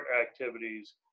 activities